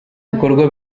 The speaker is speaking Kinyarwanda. bikorwa